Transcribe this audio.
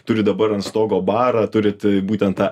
turit dabar ant stogo barą turit būtent tą